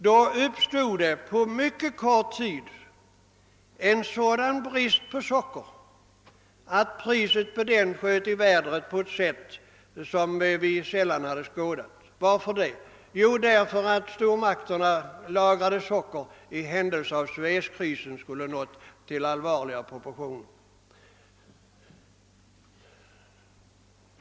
Då uppstod på mycket kort tid en sådan brist på socker, att sockerpriset sköt i höjden på ett sätt som vi sällan skådat. Varför? Jo, därför att stormakterna lagrade socker i händelse Suez-krisen skulle få än allvarligare proportioner.